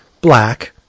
black